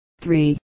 three